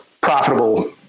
profitable